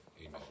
amen